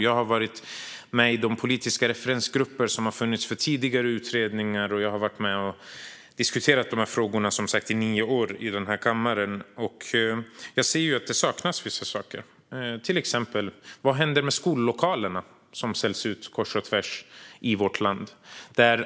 Jag har varit med i de politiska referensgrupper som funnits för tidigare utredningar, och jag har varit med och diskuterat de här frågorna i nio år i den här kammaren. Vad jag ser är att det saknas vissa saker. Vad händer till exempel med de skollokaler som säljs ut kors och tvärs i vårt land?